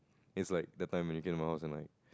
is like the time you came out